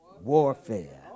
warfare